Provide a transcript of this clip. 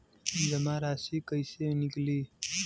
जमा राशि कइसे निकली?